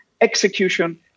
execution